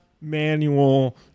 manual